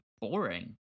boring